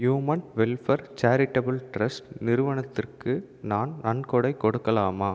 human welfare charitable trust நிறுவனத்திற்கு நான் நன்கொடை கொடுக்கலாமா